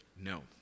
No